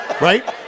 right